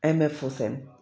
M F Hussain